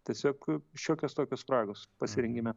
tiesiog šiokios tokios spragos pasirengime